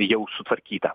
jau sutvarkyta